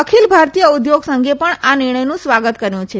અખિલ ભારતીય ઉદ્યોગ સંઘ પણ આ નિર્ણયનું સ્વાગત કર્યું છે